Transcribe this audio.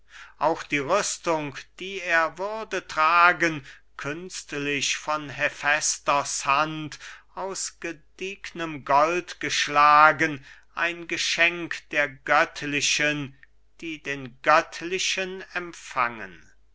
auch die rüstung die er würde tragen künstlich von hephästos hand aus gediegnem gold geschlagen ein geschenk der göttlichen die den göttlichen empfangen